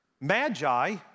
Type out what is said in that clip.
magi